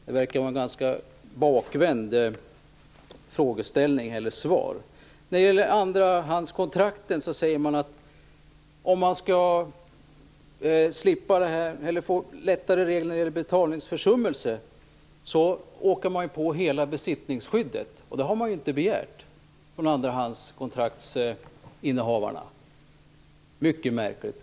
Det verkar vara ett ganska bakvänt resonemang. Vad gäller andrahandskontrakt säger utskottet att om man skall få lättare regler vid betalningsförsummelser åker man ju på hela besittningsskyddet, och det har ju innehavarna av andrahandskontraktet inte begärt. Mycket märkligt!